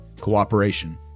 cooperation